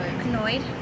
Annoyed